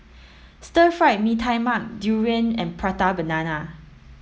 Stir Fried Mee Tai Mak durian and prata banana